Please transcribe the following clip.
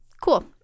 Cool